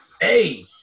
hey